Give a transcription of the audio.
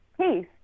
peace